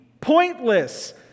pointless